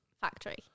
factory